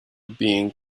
being